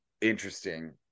interesting